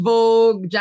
Vogue